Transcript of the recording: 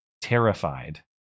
terrified